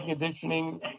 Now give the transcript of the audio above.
conditioning